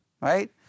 Right